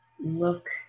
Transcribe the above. look